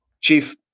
Chief